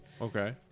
Okay